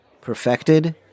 perfected